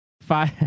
five